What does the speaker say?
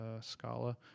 Scala